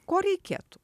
ko reikėtų